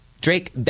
Drake